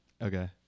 Okay